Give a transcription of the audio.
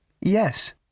Yes